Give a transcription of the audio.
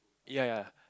ya ya